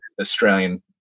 Australian